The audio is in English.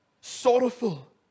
Sorrowful